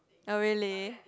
oh really